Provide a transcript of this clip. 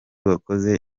wakoze